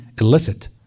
illicit